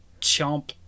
Chomp